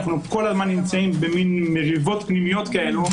אנחנו כל הזמן נמצאים במין מריבות פנימיות כאלה,